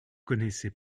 connaissez